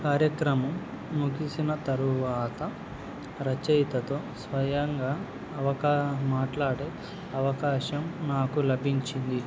కార్యక్రమం ముగిసిన తరువాత రచయితతో స్వయంగా మాట్లాడే అవకాశం నాకు లభించింది